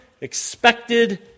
expected